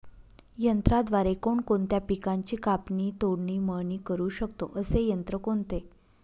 यंत्राद्वारे कोणकोणत्या पिकांची कापणी, तोडणी, मळणी करु शकतो, असे यंत्र कोणते?